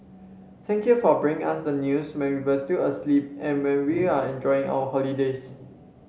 thank you for bringing us the news when we are still asleep and when we are enjoying our holidays